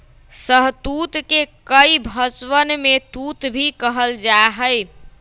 शहतूत के कई भषवन में तूत भी कहल जाहई